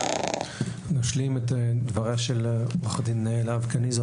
אני אשלים את דבריה של עורכת דין להב קניזו.